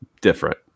different